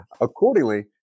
Accordingly